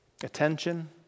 Attention